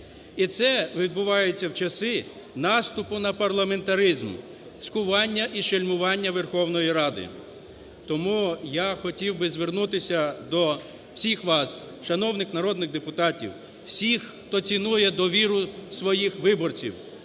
І це відбувається в часи наступу на парламентаризм, цькування і шельмування Верховної Ради. Тому я хотів би звернутися до всіх вас, шановних народних депутатів, всіх, хто цінує довіру своїх виборців.